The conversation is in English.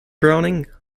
browning